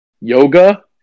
Yoga